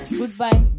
goodbye